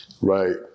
right